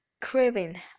craving